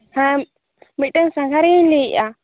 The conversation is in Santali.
ᱦᱮᱸ ᱢᱤᱫᱴᱟᱝ ᱥᱟᱸᱜᱷᱟᱨᱤᱭᱟᱹᱧ ᱞᱟᱹᱭ ᱮᱫᱟ